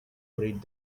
breed